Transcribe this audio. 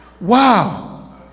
Wow